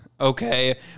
Okay